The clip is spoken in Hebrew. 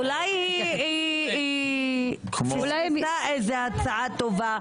אולי היא פספסה הצעה טובה?